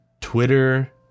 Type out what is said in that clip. Twitter